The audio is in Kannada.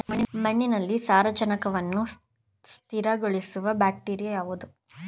ಮಣ್ಣಿನಲ್ಲಿ ಸಾರಜನಕವನ್ನು ಸ್ಥಿರಗೊಳಿಸುವ ಬ್ಯಾಕ್ಟೀರಿಯಾ ಯಾವುದು?